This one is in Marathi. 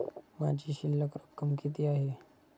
माझी शिल्लक रक्कम किती आहे?